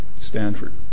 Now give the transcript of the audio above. Stanford